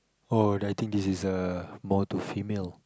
oh I think this is a more to female